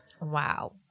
Wow